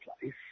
place